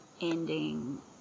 ending